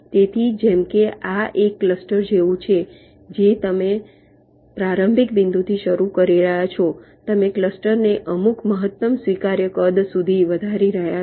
તેથી જેમ કે આ એક ક્લસ્ટર જેવું છે જે તમે પ્રારંભિક બિંદુથી શરૂ કરી રહ્યાં છો તમે ક્લસ્ટરને અમુક મહત્તમ સ્વીકાર્ય કદ સુધી વધારી રહ્યાં છો